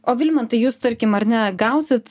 o vilmantai jūs tarkim ar ne gausit